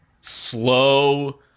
slow